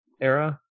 era